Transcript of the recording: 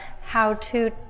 how-to